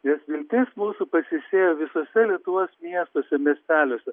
nes viltis mūsų pasisėjo visuose lietuvos miestuose miesteliuose